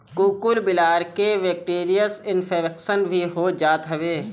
कुकूर बिलार के बैक्टीरियल इन्फेक्शन भी हो जात हवे